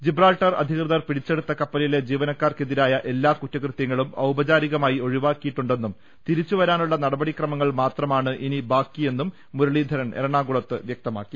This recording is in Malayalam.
ജിബ്രാൾട്ടർ അധികൃതർ പിടിച്ചെടുത്ത കപ്പലിലെ ജീവനക്കാർക്കെ തിരായ എല്ലാ കുറ്റകൃത്യങ്ങളും ഔപചാരികമായി ഒഴിവാക്കിയി ട്ടുണ്ടെന്നും തിരിച്ചുവരാനുള്ള നടപടിക്രമങ്ങൾ മാത്രമാണ് ഇനി ബാക്കിയെന്നും മുരളീധരൻ എറണാകുളത്ത് വ്യക്തമാക്കി